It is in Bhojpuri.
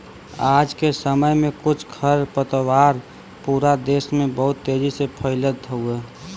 आज के समय में कुछ खरपतवार पूरा देस में बहुत तेजी से फइलत हउवन